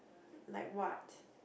like what